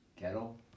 kettle